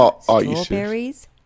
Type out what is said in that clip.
Strawberries